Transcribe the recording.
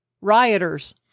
rioters